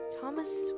Thomas